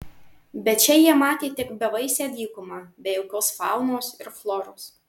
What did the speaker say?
bet čia jie matė tik bevaisę dykumą be jokios faunos ir floros